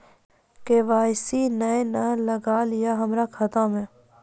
KYC ने न लागल या हमरा खाता मैं?